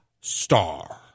Star